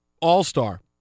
all-star